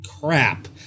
crap